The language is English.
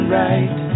right